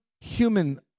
human